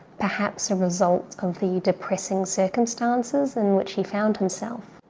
perhaps a result of the depressing circumstances in which he found himself.